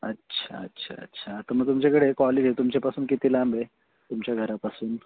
अच्छा अच्छा अच्छा तर मग तुमच्याकडे कॉलेज आहे तुमच्यापासून किती लांब आहे तुमच्या घरापासून